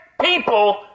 people